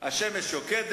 לא לנו במשחק הזה